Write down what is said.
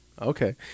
Okay